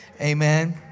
Amen